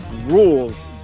rules